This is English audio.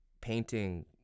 painting